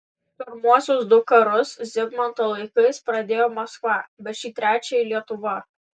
pirmuosius du karus zigmanto laikais pradėjo maskva bet šį trečiąjį lietuva